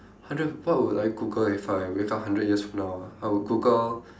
hundred what would I Google if I wake up hundred years from now ah I would Google